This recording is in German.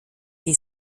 die